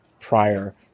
prior